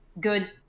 good